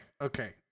Okay